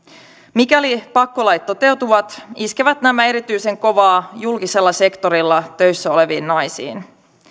mikäli pakkolait toteutuvat iskevät nämä erityisen kovaa julkisella sektorilla töissä oleviin naisiin